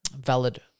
valid